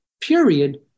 period